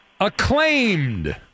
acclaimed